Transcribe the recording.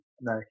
no